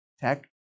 tech